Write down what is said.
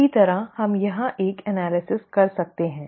इसी तरह हम यहां एक विश्लेषण कर सकते हैं